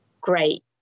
Great